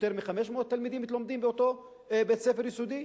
יותר מ-500 תלמידים לומדים באותו בית-ספר יסודי,